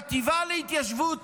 החטיבה להתיישבות